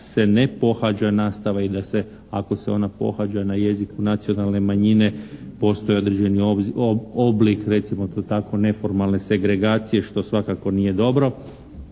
se ne pohađa nastava i da se ako se ona pohađa na jeziku nacionalne manjine postoje određeni oblik recimo to tako neformalne segregacije što svakako nije dobro.